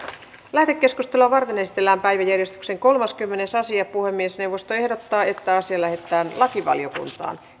lähetekeskustelua varten esitellään päiväjärjestyksen kolmaskymmenes asia puhemiesneuvosto ehdottaa että asia lähetetään lakivaliokuntaan